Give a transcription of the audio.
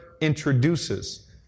introduces